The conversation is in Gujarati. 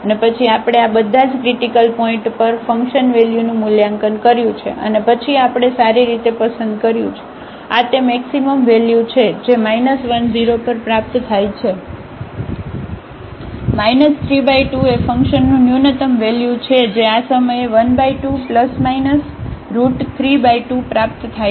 અને પછી આપણે આ બધા જ ક્રિટીકલ પોઇન્ટઓ પર ફંકશન વેલ્યુનું મૂલ્યાંકન કર્યું છે અને પછી આપણે સારી રીતે પસંદ કર્યું છે આ તે મેક્સિમમ વેલ્યુ છે જે 1 0 પર પ્રાપ્ત થાય છે 32 એ ફંકશનનું ન્યુનત્તમ વેલ્યુ છે જે આ સમયે 12±32પ્રાપ્ત થાય છે